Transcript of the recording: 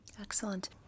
Excellent